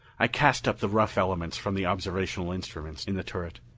i cast up the rough elements from the observational instruments in the turret.